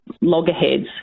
loggerheads